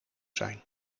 zijn